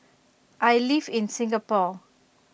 I live in Singapore